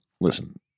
listen